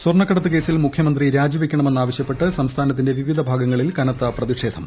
സ്വർണ്ണക്കടത്ത് കേസിൽ മുഖ്യമന്തി രാജിവയ്ക്കണമെന്ന് ആവശ്യപ്പെട്ട് സംസ്ഥാനത്തിന്റെ വിവിധ ഭാഗങ്ങളിൽ കനത്ത പ്രതിഷേധം